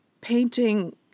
painting